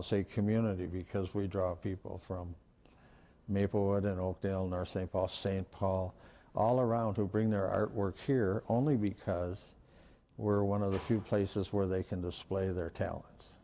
policy community because we draw people from maplewood in oakdale nor st paul st paul all around to bring their artwork here only because we're one of the few places where they can display their talents